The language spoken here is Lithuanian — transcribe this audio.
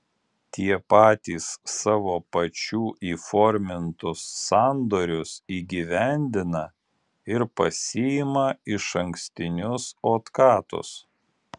tie patys savo pačių įformintus sandorius įgyvendina ir pasiima išankstinius otkatus